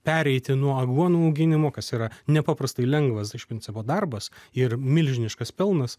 pereiti nuo aguonų auginimo kas yra nepaprastai lengvas iš principo darbas ir milžiniškas pelnas